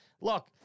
look